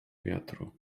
wiatru